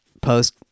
post